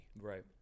right